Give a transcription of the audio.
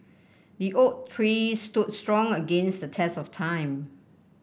the oak tree stood strong against the test of time